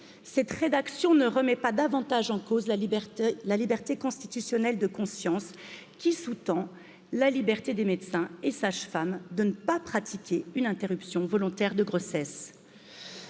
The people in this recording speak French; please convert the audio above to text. Cette rédaction ne remet pas davantage en cause. la liberté constitutionnelle de conscience qui sous tend la liberté des médecins et des sages femmes de ne pas pratiquer une interruption volontaire de grossesse.